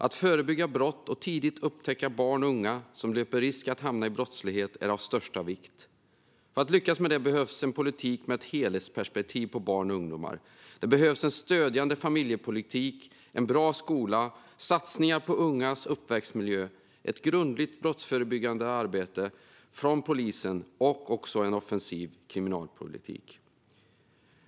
Att förebygga brott och tidigt upptäcka barn och unga som löper risk att hamna i brottslighet är av största vikt. För att lyckas med detta behövs en politik med ett helhetsperspektiv på barn och ungdomar. Det behövs en stödjande familjepolitik, en bra skola, satsningar på ungas uppväxtmiljö, ett grundligt brottsförebyggande arbete från polisen och en offensiv kriminalpolitik.